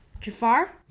Jafar